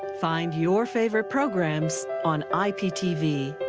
find your favorite programs on iptv.